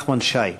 י"ט בטבת התשע"ז (17 בינואר 2017)